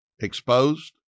exposed